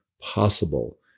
possible